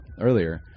earlier